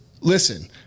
listen